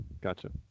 Gotcha